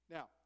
Now